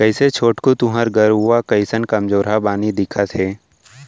कइसे छोटकू तुँहर गरूवा कइसे कमजोरहा बानी दिखत हे